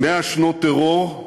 100 שנות טרור,